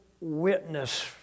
witness